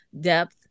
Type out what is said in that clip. depth